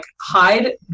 hide